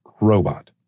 robot